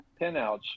pinouts